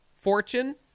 fortune